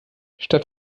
statt